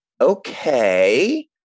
okay